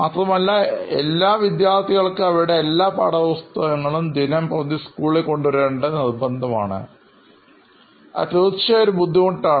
മാത്രമല്ല എല്ലാ വിദ്യാർത്ഥികൾക്കും അവരുടെ എല്ലാ പാഠപുസ്തകങ്ങളും ദിനംപ്രതി സ്കൂളിൽ കൊണ്ടുവരേണ്ടത് നിർബന്ധമാണ് അത് തീർച്ചയായും ഒരു ബുദ്ധിമുട്ടാണ്